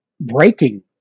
breaking